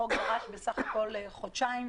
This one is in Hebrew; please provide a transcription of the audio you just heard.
החוק דרש בסך הכול חודשיים,